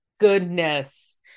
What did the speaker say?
Goodness